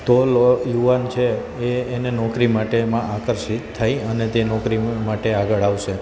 તો યુવાન છે એ એને નોકરી માટે એમાં આકર્ષિત થઈ અને તે નોકરી માટે આગળ આવશે